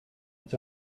its